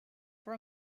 for